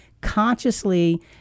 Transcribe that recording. consciously